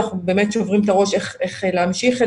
אנחנו באמת שוברים את הראש איך להמשיך את